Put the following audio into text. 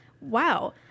wow